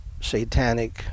satanic